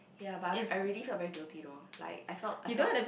ya but I've already felt very guilty though like I felt I felt